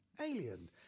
Alien